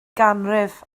ganrif